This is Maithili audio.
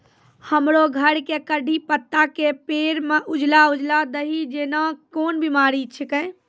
हमरो घर के कढ़ी पत्ता के पेड़ म उजला उजला दही जेना कोन बिमारी छेकै?